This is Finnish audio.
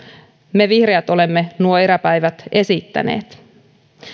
me vihreät olemme nuo eräpäivät esittäneet